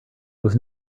was